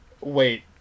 Wait